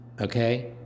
okay